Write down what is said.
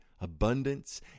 abundance